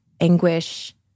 anguish